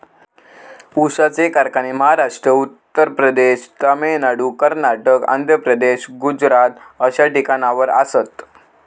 ऊसाचे कारखाने महाराष्ट्र, उत्तर प्रदेश, तामिळनाडू, कर्नाटक, आंध्र प्रदेश, गुजरात अश्या ठिकाणावर आसात